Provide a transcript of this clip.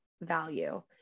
value